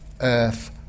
Earth